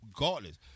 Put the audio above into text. regardless